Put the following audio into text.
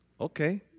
Okay